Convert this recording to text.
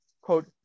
quote